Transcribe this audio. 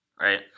right